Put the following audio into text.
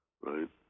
right